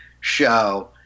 show